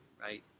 right